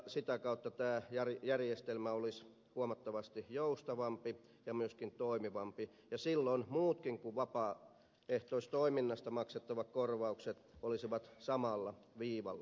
sitä kautta tämä järjestelmä olisi huomattavasti joustavampi ja myöskin toimivampi ja silloin muutkin kuin vapaaehtoistoiminnasta maksettavat korvaukset olisivat samalla viivalla